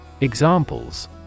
Examples